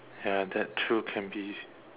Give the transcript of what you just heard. ya that too can be